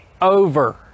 over